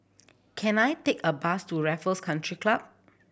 can I take a bus to Raffles Country Club